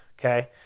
Okay